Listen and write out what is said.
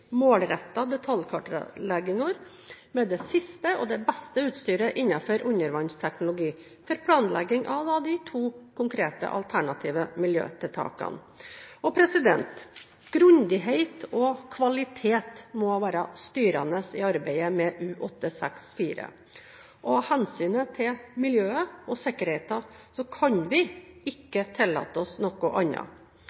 med det siste og beste utstyret innen undervannsteknologi, for planlegging av de to konkrete alternative miljøtiltakene. Grundighet og kvalitet må være styrende i arbeidet med U-864. Av hensyn til miljøet og sikkerheten kan vi